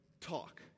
talk